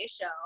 Show